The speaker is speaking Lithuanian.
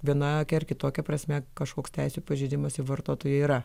vienokia ar kitokia prasme kažkoks teisių pažeidimas vartotojo yra